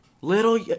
little